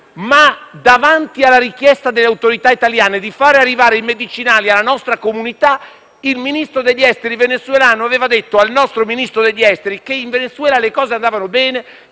Ma davanti alla richiesta delle autorità italiane di fare arrivare i medicinali alla nostra comunità, il Ministro degli esteri venezuelano aveva detto al nostro Ministro degli esteri che in Venezuela le cose andavano bene,